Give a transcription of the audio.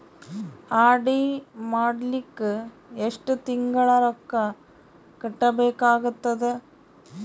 RD ಮಾಡಲಿಕ್ಕ ಎಷ್ಟು ತಿಂಗಳ ರೊಕ್ಕ ಕಟ್ಟಬೇಕಾಗತದ?